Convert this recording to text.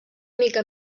mica